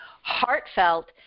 heartfelt